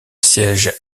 siège